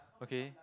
okay